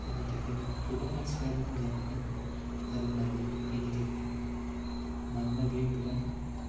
बिनि थाखायनो गोबां मानसिफ्राबो मोजां मोनो आरो नायो बिनि थाखाय मानोना बियो गोबां